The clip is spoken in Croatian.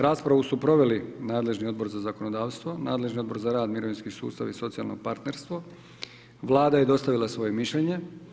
Raspravu su proveli Odbor za zakonodavstvo, nadležni Odbor za rad, mirovinski sustav i socijalno partnerstvo, Vlada je dostavila svoje mišljenje.